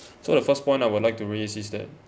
so the first point I would like to raise is that